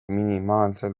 minimaalsel